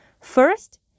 First